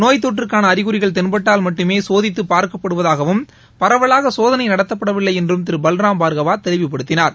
நோய் தொற்றுக்கான அறிகுறிகள் தென்பட்டால் மட்டுமே சோதித்து பார்க்கப்படுவதாகவும் பரவலாக சோதனை நடத்தப்படவில்லை என்றும் திரு பல்ராம் பார்கவா தெளிவுப்படுத்தினார்